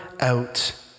out